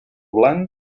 blanc